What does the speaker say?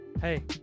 Hey